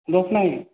ଦଶ ନାହିଁ